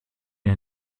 der